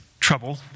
Trouble